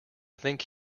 think